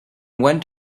went